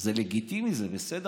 זה לגיטימי, זה בסדר.